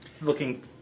Looking